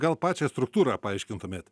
gal pačią struktūrą paaiškintumėt